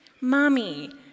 Mommy